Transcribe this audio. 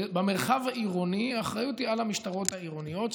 במרחב העירוני האחריות היא על המשטרות העירוניות,